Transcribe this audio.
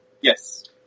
Yes